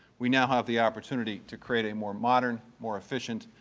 we now have the opportunity to create a more modern, more efficient,